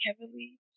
heavily